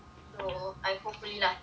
I hopefully lah see how